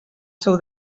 seu